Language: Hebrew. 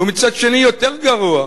ומצד שני, יותר גרוע,